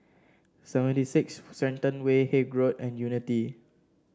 Seventy Six Shenton Way Haig Road and Unity